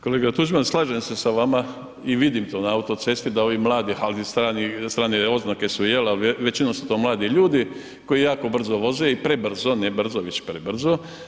Kolega Tuđman, slažem se sa vama i vidim to na autocesti, da ovi mladi, ali strani, strane oznake su, je li, većinom su to mladi ljudi koji jako brzo voze i prebrzo, ne brzo već prebrzo.